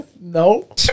No